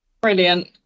Brilliant